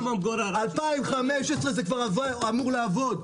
ב-2015 זה כבר אמור לעבוד.